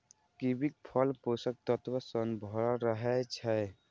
कीवीक फल पोषक तत्व सं भरल रहै छै